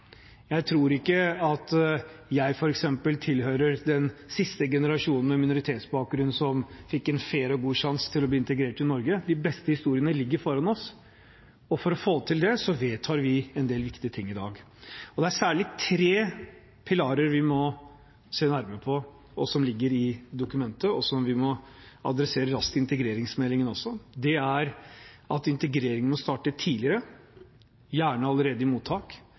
Jeg tror ikke at jeg, f.eks., tilhører den siste generasjonen med minoritetsbakgrunn som fikk en fair og god sjanse til å bli integrert i Norge. De beste historiene ligger foran oss, og for å få til det vedtar vi en del viktige ting i dag. Det er særlig tre pilarer vi må se nærmere på, som ligger i dokumentet, og som vi må adressere raskt i integreringsmeldingen også. Det er for det første at integreringen må starte tidligere, gjerne allerede i mottak,